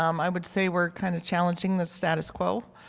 um i would say we are kind of challenging the status quo.